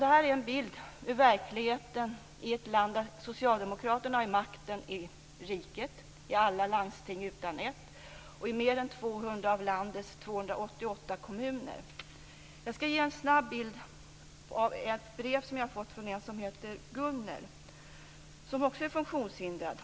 Det här är en bild ur verkligheten i ett land där Socialdemokraterna har makten i riket, i alla landsting utom ett och i mer än 200 av landets 288 Jag skall ge en snabb bild ur ett brev som jag har fått från Gunnel, som också är funktionshindrad.